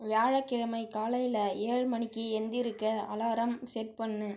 வியாழக்கிழமை காலையில் ஏழு மணிக்கு எழுந்திருக்க அலாரம் செட் பண்ணு